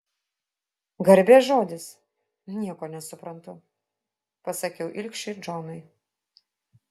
garbės žodis nieko nesuprantu pasakiau ilgšiui džonui